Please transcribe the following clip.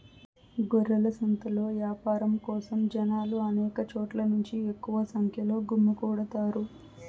గొర్రెల సంతలో యాపారం కోసం జనాలు అనేక చోట్ల నుంచి ఎక్కువ సంఖ్యలో గుమ్మికూడతారు